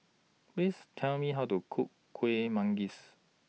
Please Tell Me How to Cook Kueh Manggis